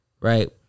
right